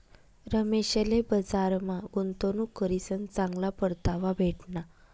रमेशले बजारमा गुंतवणूक करीसन चांगला परतावा भेटना